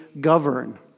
govern